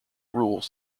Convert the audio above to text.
rules